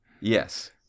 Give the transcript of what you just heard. yes